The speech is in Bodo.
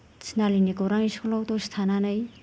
थिनालिनि गौरां स्कुलाव दसे थानानै